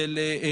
אזולאי,